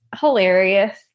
hilarious